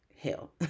hell